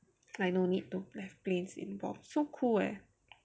like no need to have planes involve so cool leh